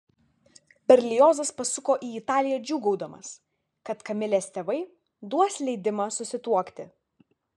berliozas pasuko į italiją džiūgaudamas kad kamilės tėvai duos leidimą susituokti